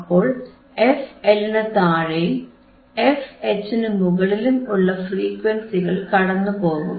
അപ്പോൾ fL നു താഴെയും fH നു മുകളിലും ഉള്ള ഫ്രീക്വൻസികൾ കടന്നുപോകും